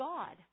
God